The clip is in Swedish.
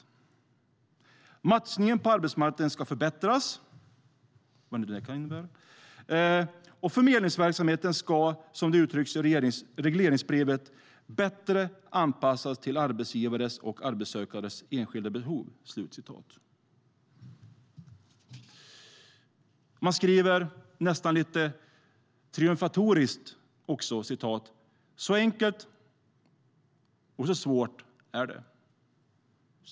Matchningen på arbetsmarknaden ska förbättras" - vad nu det kan innebära - "och förmedlingsverksamheten ska, som det uttrycks i regleringsbrevet, 'bättre anpassas till arbetsgivares och arbetssökandes enskilda behov'." Man skriver nästan triumfatoriskt: "Så enkelt och så svårt är det.